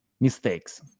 mistakes